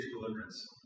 deliverance